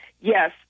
yes